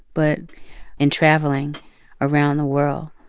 but in traveling around the world,